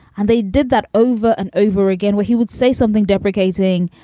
and they did that over and over again where he would say something deprecating.